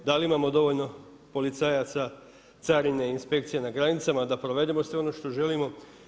Da li imamo dovoljno policajaca, carine i inspekcije na granicama, da provedemo sve ono što želimo?